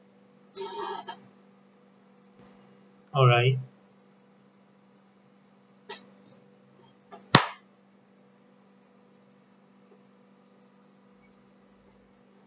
alright